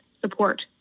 support